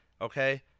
okay